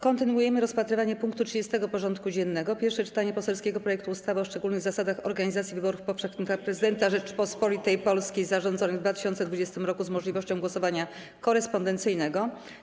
Kontynuujemy rozpatrywanie punktu 30. porządku dziennego: Pierwsze czytanie poselskiego projektu ustawy o szczególnych zasadach organizacji wyborów powszechnych na Prezydenta Rzeczypospolitej Polskiej zarządzonych w 2020 r. z możliwością głosowania korespondencyjnego.